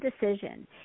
decision